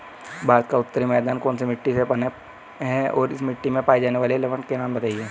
भारत का उत्तरी मैदान कौनसी मिट्टी से बना है और इस मिट्टी में पाए जाने वाले लवण के नाम बताइए?